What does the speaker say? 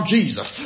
Jesus